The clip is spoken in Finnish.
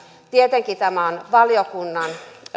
tietenkin tämä on valiokunnan